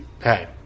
hey